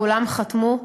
כולם חתמו.